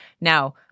Now